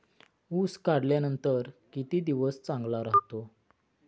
ऊस काढल्यानंतर किती दिवस चांगला राहतो?